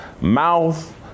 mouth